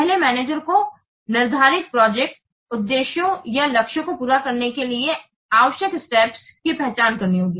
पहले मैनेजर को निर्धारित प्रोजेक्ट उद्देश्यों या लक्ष्यों को पूरा करने के लिए आवश्यक स्टेप्स की पहचान करनी होगी